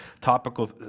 topical